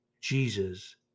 Jesus